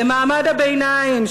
למעמד הביניים,